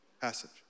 passage